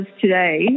today